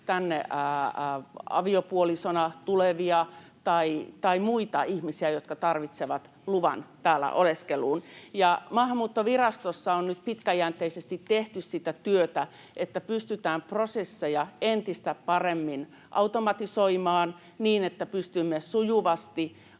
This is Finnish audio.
tänne aviopuolisona tulevista tai muista ihmisistä, jotka tarvitsevat luvan täällä oleskeluun. Maahanmuuttovirastossa on nyt pitkäjänteisesti tehty sitä työtä, että pystytään prosesseja entistä paremmin automatisoimaan, niin että pystymme sujuvasti antamaan